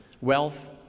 Wealth